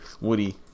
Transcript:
Woody